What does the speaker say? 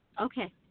Okay